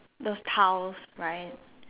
those tiles right